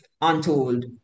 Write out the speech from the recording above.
untold